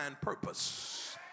purpose